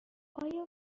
آیا